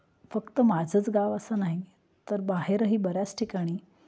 फक्त माझंच गाव असं नाही तर बाहेरही बऱ्याच ठिकाणी